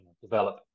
develop